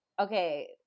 okay